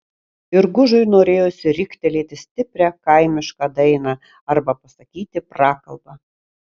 ir gužui norėjosi riktelėti stiprią kaimišką dainą arba pasakyti prakalbą